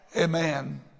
Amen